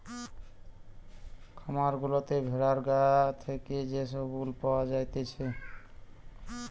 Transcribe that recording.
খামার গুলাতে ভেড়ার গা থেকে যে সব উল পাওয়া জাতিছে